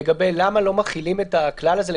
אני לא מצליח להבין את זה.